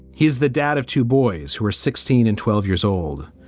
he's the dad of two boys who are sixteen and twelve years old.